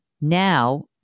Now